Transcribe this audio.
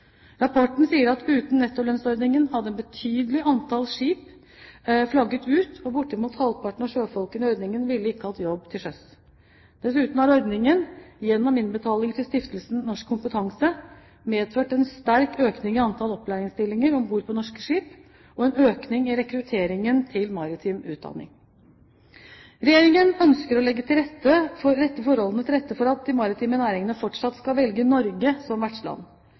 Rapporten sier at uten nettolønnsordningen hadde et betydelig antall skip flagget ut, og bortimot halvparten av sjøfolkene i ordningen ville ikke hatt jobb til sjøs. Dessuten har ordningene gjennom innbetalinger til Stiftelsen Norsk Maritim Kompetanse medført en sterk økning i antall opplæringsstillinger om bord på norske skip og en økning i rekrutteringen til maritim utdanning. Regjeringen ønsker å legge forholdene til rette for at de maritime næringene fortsatt skal velge Norge som vertsland.